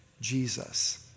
Jesus